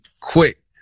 quick